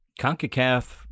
CONCACAF